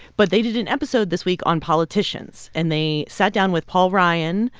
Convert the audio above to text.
but they did an episode this week on politicians. and they sat down with paul ryan,